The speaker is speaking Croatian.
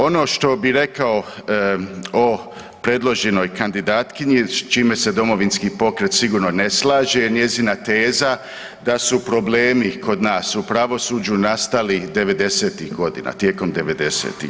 Ono što bi rekao o predloženoj kandidatkinji, s čime se Domovinski pokret sigurno ne slaže je njezina teza da su problemi kod nas u pravosuđu nastali 90-ih godina, tijekom 90-ih.